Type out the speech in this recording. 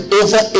over